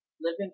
living